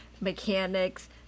mechanics